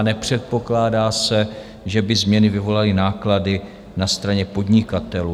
Nepředpokládá se, že by změny vyvolaly náklady na straně podnikatelů.